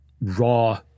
raw